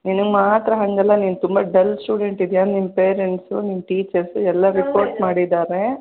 ನಿನಗೆ ಮಾತ್ರ ಹಾಗಲ್ಲ ನೀನು ತುಂಬ ಡಲ್ ಸ್ಟೂಡೆಂಟ್ ಇದೀಯಾ ನಿನ್ನ ಪೇರೆಂಟ್ಸು ನಿನ್ನ ಟೀಚರ್ಸು ಎಲ್ಲ ರಿಪೋರ್ಟ್ ಮಾಡಿದಾರೆ